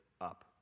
up